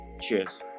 Cheers